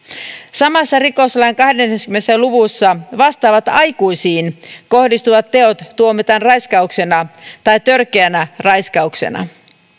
samassa rikoslain kahdessakymmenessä luvussa vastaavat aikuisiin kohdistuvat teot tuomitaan raiskauksena tai törkeänä raiskauksena